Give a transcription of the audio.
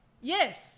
Yes